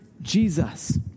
Jesus